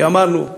כי אמרנו,